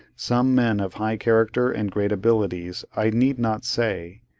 some men of high character and great abilities, i need not say.